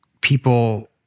people